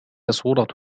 صورة